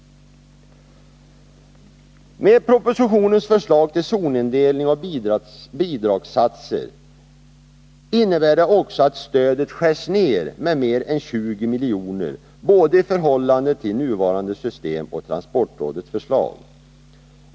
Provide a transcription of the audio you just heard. Men propositionens förslag till zonindelning och bidragssatser innebär också att stödet skärs ned med mer än 20 miljoner i förhållande till både nuvarande system och transportrådets förslag.